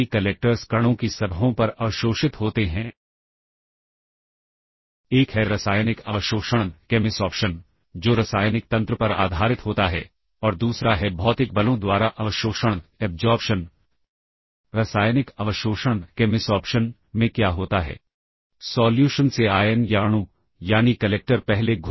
पहले है call instruction जो की प्रोग्राम एग्जीक्यूशन को सब रूटीन तक रीडायरेक्ट करता है और दूसरा है रिटर्न इंस्ट्रक्शन जिसे RET इंस्ट्रक्शन भी कहते हैं जो एग्जीक्यूशन के बाद रिटर्न करने में सहयोगी है